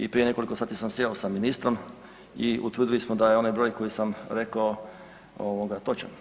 I prije nekoliko sati sam sjeo sa ministrom i utvrdili smo da je onaj broj koji sam rekao ovoga točan.